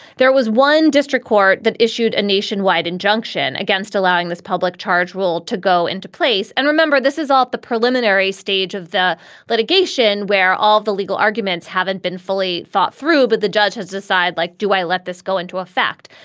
there was one district court that issued a nationwide injunction against allowing this public charge rule to go into place. and remember, this is off the preliminary stage of the litigation where all the legal arguments haven't been fully thought through. but the judge has decide, like, do i let this go into effect?